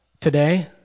today